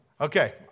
Okay